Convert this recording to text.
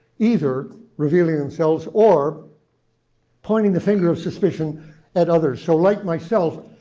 either revealing themselves or pointing the finger of suspicion at others. so like myself,